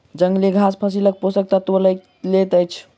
जंगली घास फसीलक पोषक तत्व लअ लैत अछि